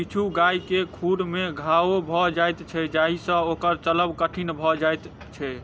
किछु गाय के खुर मे घाओ भ जाइत छै जाहि सँ ओकर चलब कठिन भ जाइत छै